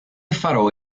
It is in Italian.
farò